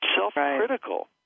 self-critical